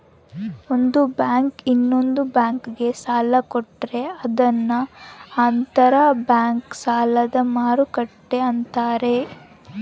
ಒಂದು ಬ್ಯಾಂಕು ಇನ್ನೊಂದ್ ಬ್ಯಾಂಕಿಗೆ ಸಾಲ ಕೊಟ್ರೆ ಅದನ್ನ ಅಂತರ್ ಬ್ಯಾಂಕ್ ಸಾಲದ ಮರುಕ್ಕಟ್ಟೆ ಅಂತಾರೆ